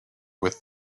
with